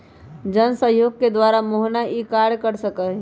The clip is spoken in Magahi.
जनसहयोग के द्वारा मोहनवा ई कार्य कर सका हई